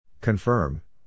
Confirm